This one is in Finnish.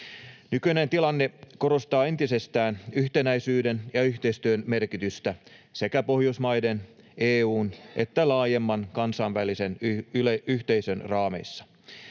Nykyinen tilanne korostaa entisestään yhtenäisyyden ja yhteistyön merkitystä sekä Pohjoismaiden, EU:n että laajemman kansainvälisen yhteisön raameissa.